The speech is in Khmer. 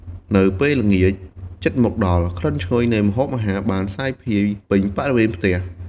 នៅពេលល្ងាចជិតមកដល់ ក្លិនឈ្ងុយនៃម្ហូបអាហារបានសាយភាយពេញបរិវេណផ្ទះ។